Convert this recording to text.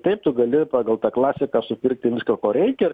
taip tu gali pagal tą klasiką supirkti viską ko reikia